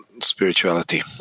spirituality